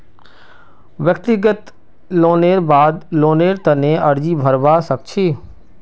व्यक्तिगत लोनेर बाद लोनेर तने अर्जी भरवा सख छि